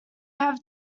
have